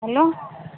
hello